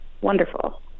Wonderful